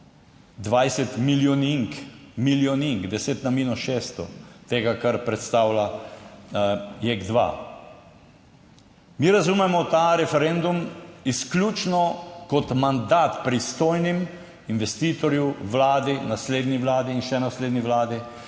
20 milijonink, milijonink, deset na minus 600 tega, kar predstavlja Jek 2. Mi razumemo ta referendum izključno kot mandat pristojnim, investitorju, Vladi, naslednji Vladi in še naslednji Vladi,